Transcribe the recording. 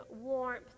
warmth